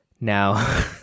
Now